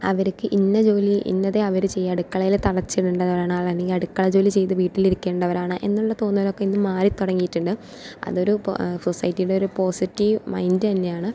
അവർക്ക് ഇന്ന ജോലി ഇന്നതെ അവര് ചെയ്യുക അടുക്കളയിൽ തളച്ചിടേണ്ടതാണ് അല്ലെങ്കിൽ അടുക്കള ജോലി ചെയ്ത് വീട്ടിൽ ഇരിക്കേണ്ടവരാണ് എന്നുള്ള തോന്നലുകളൊക്കെ ഇന്ന് മാറി തുടങ്ങിയിട്ടുണ്ട് അത് ഒരു പ സൊസൈറ്റിയിലെ ഒരു പോസിറ്റീവ് മൈൻഡ് തന്നെയാണ്